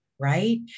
Right